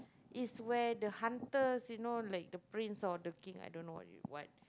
is where the hunters you know like the prince or the king I don't know you what